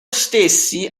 stessi